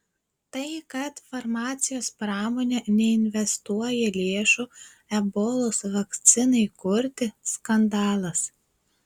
tai kad farmacijos pramonė neinvestuoja lėšų ebolos vakcinai kurti skandalas